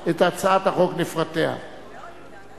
הצעת חוק הפיקוח על שירותים פיננסיים (קופות גמל) (תיקון,